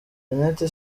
jeanette